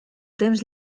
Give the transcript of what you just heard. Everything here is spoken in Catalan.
temps